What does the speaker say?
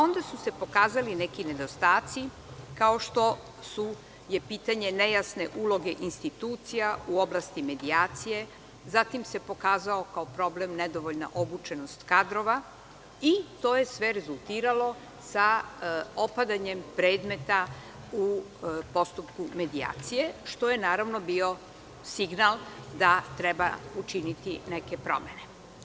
Onda su se pokazali neki nedostaci kao što je pitanje nejasne uloge institucija u oblasti medijacije, zatim se pokazao kao problem nedovoljna obučenost kadrova i to je sve rezultiralo sa opadanjem predmeta u postupku medijacije, što je naravno bio signal da treba učiniti neke promene.